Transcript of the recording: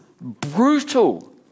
brutal